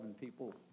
people